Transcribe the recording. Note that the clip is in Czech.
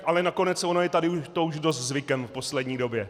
Ale nakonec ono je to tady už dost zvykem v poslední době.